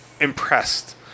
impressed